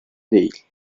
değil